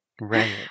right